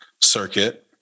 circuit